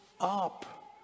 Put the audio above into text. up